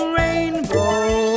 rainbow